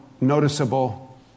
noticeable